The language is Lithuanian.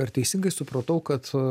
ar teisingai supratau kad